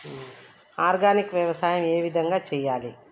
Organic వ్యవసాయం ఏ విధంగా చేయాలి?